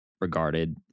regarded